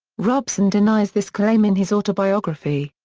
robson denies this claim in his autobiography.